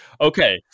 okay